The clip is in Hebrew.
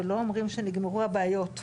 ואנחנו לא אומרים שנגמרו הבעיות.